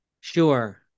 Sure